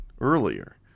earlier